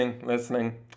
listening